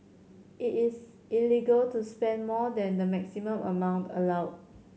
it is illegal to spend more than the maximum amount allowed